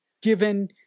given